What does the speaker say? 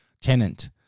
Tenant